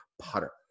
putter